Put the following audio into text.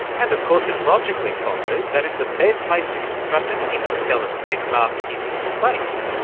and of course it logically follows that if the best place to construct an interstellar spacecraft is in space,